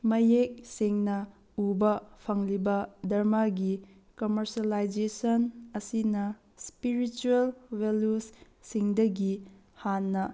ꯃꯌꯦꯛ ꯁꯦꯡꯅ ꯎꯕ ꯐꯪꯂꯤꯕ ꯙꯔꯃꯒꯤ ꯀꯃꯔꯁꯦꯂꯥꯏꯖꯦꯁꯟ ꯑꯁꯤꯅ ꯏꯁꯄꯤꯔꯤꯆꯨꯋꯦꯜ ꯚꯦꯂꯨꯁꯁꯤꯡꯗꯒꯤ ꯍꯥꯟꯅ